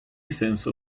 essence